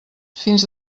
fins